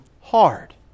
hard